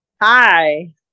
Hi